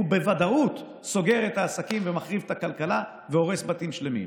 הוא בוודאות סוגר את העסקים ומחריף את מצב הכלכלה והורס בתים שלמים.